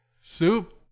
Soup